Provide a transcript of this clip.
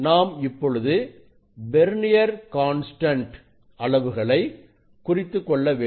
நாம் இப்பொழுது vernier constant அளவுகளை குறித்துக் கொள்ள வேண்டும்